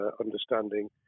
understanding